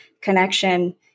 connection